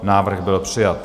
Návrh byl přijat.